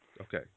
Okay